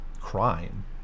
crime